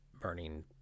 burning